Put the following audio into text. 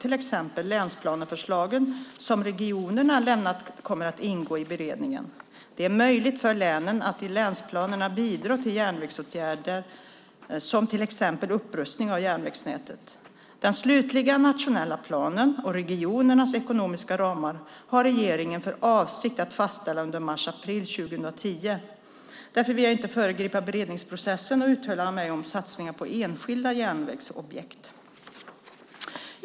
Till exempel länsplaneförslagen som regionerna har lämnat kommer att ingå i beredningen. Det är möjligt för länen att i länsplanerna bidra till järnvägsåtgärder som till exempel upprustning av järnvägsnätet. Den slutgiltiga nationella planen och regionernas ekonomiska ramar har regeringen för avsikt att fastställa under mars-april 2010. Därför vill jag inte föregripa beredningsprocessen och uttala mig om satsningar på enskilda järnvägsobjekt.